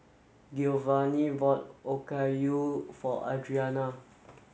Giovanny bought Okayu for Audrina